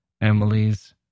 Emily's